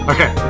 Okay